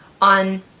on